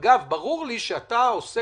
אגב, ברור לי שאתה עושה